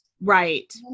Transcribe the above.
right